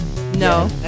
No